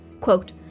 Quote